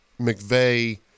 McVeigh